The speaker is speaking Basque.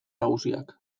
nagusiak